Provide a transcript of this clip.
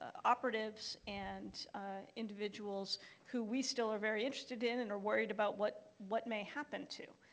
operatives, and individuals who we still are very interested in, and are worried about what what may happen to.